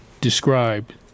described